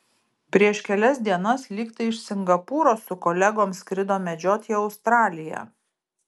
prieš kelias dienas lyg tai iš singapūro su kolegom skrido medžiot į australiją